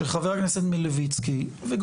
אני אומר עוד פעם שחבר הכנסת מלביצקי וגורמים